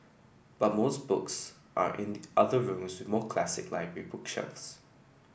but most books are in other rooms with more classic library bookshelves